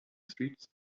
streets